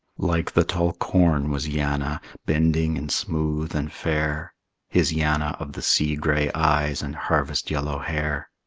like the tall corn was yanna, bending and smooth and fair his yanna of the sea-gray eyes and harvest-yellow hair.